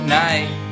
night